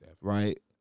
Right